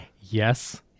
Yes